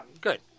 good